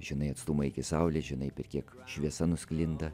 žinai atstumą iki saulės žinai kiek šviesa nusklinda